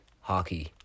Hockey